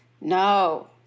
No